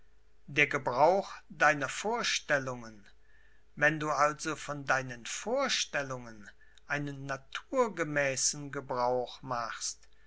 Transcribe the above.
der gebrauch deiner vorstellungen wenn du also von deinen vorstellungen einen naturgemäßen gebrauch machst